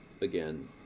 again